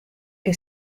que